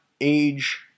age